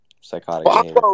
Psychotic